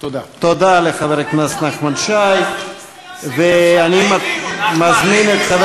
חבר הכנסת נחמן שי ניצל את זמנו בצורה